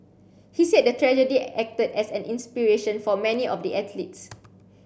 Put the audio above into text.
he said the tragedy acted as an inspiration for many of the athletes